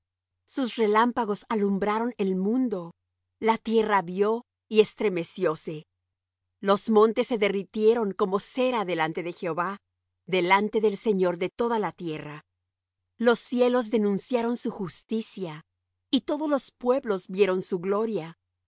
sus relámpagos alumbraron el mundo la tierra vió y estremecióse los montes se derritieron como cera delante de jehová delante del señor de toda la tierra los cielos denunciaron su justicia y todos los pueblos vieron su gloria